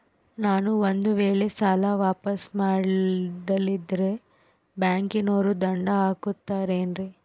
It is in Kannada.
ನಾನು ಒಂದು ವೇಳೆ ಸಾಲ ವಾಪಾಸ್ಸು ಮಾಡಲಿಲ್ಲಂದ್ರೆ ಬ್ಯಾಂಕನೋರು ದಂಡ ಹಾಕತ್ತಾರೇನ್ರಿ?